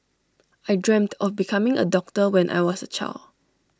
I dreamt of becoming A doctor when I was A child